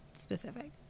specific